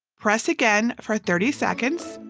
press again for thirty seconds.